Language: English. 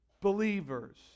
believers